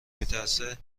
میترسه